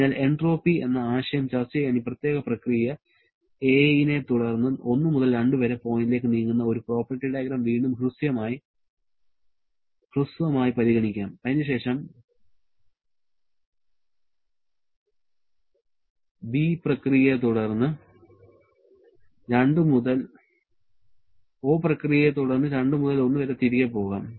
അതിനാൽ എൻട്രോപ്പി എന്ന ആശയം ചർച്ചചെയ്യാൻ ഈ പ്രത്യേക പ്രക്രിയ 'a' നെ തുടർന്ന് 1 മുതൽ 2 വരെ പോയിന്റിലേക്ക് നീങ്ങുന്ന ഒരു പ്രോപ്പർട്ടി ഡയഗ്രം വീണ്ടും ഹ്രസ്വമായി പരിഗണിക്കാം അതിനു ശേഷം 'b' പ്രക്രിയയെ തുടർന്ന് 2 മുതൽ 1 വരെ തിരികെ പോകാം